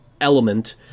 element